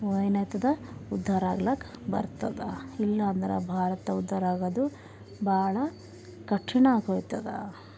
ಏನು ಆಯ್ತದ ಉದ್ಧಾರ ಆಗ್ಲಕ್ಕ ಬರ್ತದೆ ಇಲ್ಲ ಅಂದ್ರೆ ಭಾರತ ಉದ್ಧಾರ ಆಗೋದು ಭಾಳ ಕಠಿಣ ಆಗೊಯ್ತದ